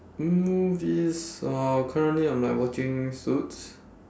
movies uh currently I'm like watching suits